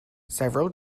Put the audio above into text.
several